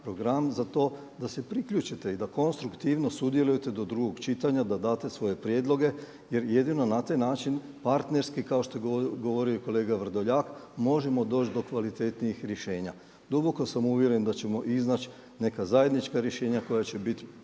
program da se priključite i da konstruktivno sudjelujete do drugog čitanja, da date svoje prijedloge jer jedino na taj način partnerski kao što je govorio i kolega Vrdoljak možemo doći do kvalitetnijih rješenja. Duboko sam uvjeren da ćemo iznaći neka zajednička rješenja koja će biti